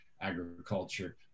agriculture